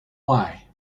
why